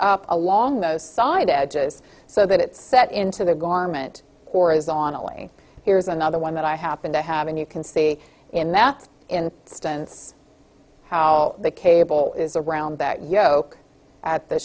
up along those side edges so that it set into the gone moment horizontally here's another one that i happen to have and you can see in that in stance how the cable is around that yoke at the